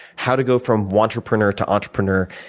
how to go from wantrepreneur to entrepreneur,